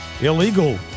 illegal